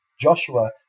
Joshua